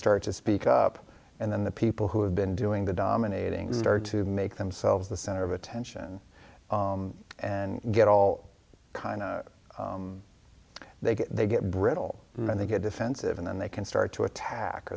start to speak up and then the people who have been doing the dominating start to make themselves the center of attention and get all kind of they get they get brittle and they get defensive and then they can start to attack